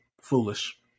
Foolish